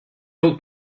old